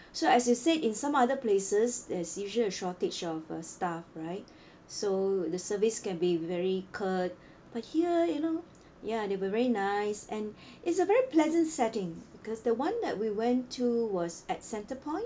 so as you said in some other places there's usually a shortage of a staff right so the service can be very curd but here you know ya they were very nice and it's a very pleasant setting because the [one] that we went to was at Centrepoint